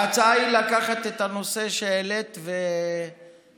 ההצעה היא לקחת את הנושא שהעלית ולהביא